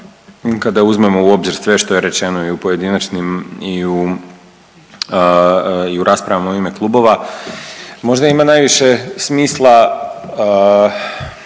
kada uzmemo u obzir sve što je rečeno i u pojedinačnim i u, i u raspravama u ime klubova možda ima najviše smisla